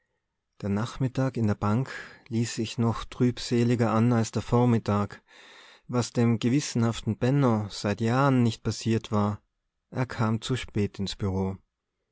der nachmittag in der bank ließ sich noch trübseliger an als der vormittag was dem gewissenhaften benno seit jahren nicht passiert war er kam zu spät ins